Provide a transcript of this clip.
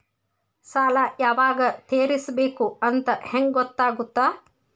ಸಾಲ ಯಾವಾಗ ತೇರಿಸಬೇಕು ಅಂತ ಹೆಂಗ್ ಗೊತ್ತಾಗುತ್ತಾ?